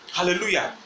Hallelujah